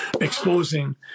exposing